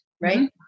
right